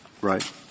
right